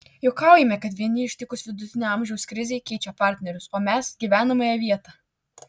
juokaujame kad vieni ištikus vidutinio amžiaus krizei keičia partnerius o mes gyvenamąją vietą